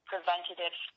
preventative